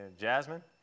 Jasmine